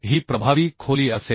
ही प्रभावी खोली असेल